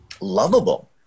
lovable